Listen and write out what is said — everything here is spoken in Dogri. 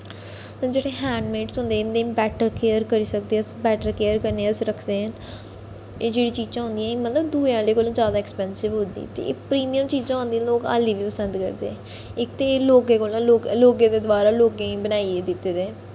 जेह्ड़े हैंडमेड होंदे इं'दे इंपैक्ट केय़र करी सकदे अस बैट्टर केयर कन्नै रक्खदे एह् जेह्ड़ियां चीजां होंदियां एह् मतलब दुए आह्ले कोला जैदा अक्सपैंसिव होंदियां ते परिमियम चीजां आंदियां लोग आल्ली बी पसंद करदे इक ते लोकें कोला लोकें द्वारा लोकें गी बनाियै दित्ते दे न